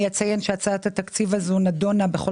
אני אציין שהצעת התקציב הזו נדונה בכל